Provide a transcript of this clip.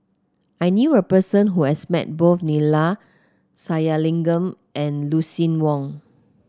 I knew a person who has met both Neila Sathyalingam and Lucien Wang